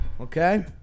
Okay